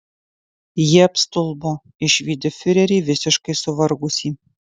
jie apstulbo išvydę fiurerį visiškai suvargusį